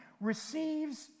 receives